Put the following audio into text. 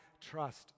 trust